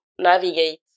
navigate